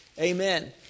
Amen